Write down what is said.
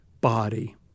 body